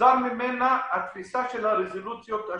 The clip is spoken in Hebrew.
נגזר ממנה התפיסה של הרזולוציות השכונתיות.